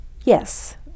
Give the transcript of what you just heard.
Yes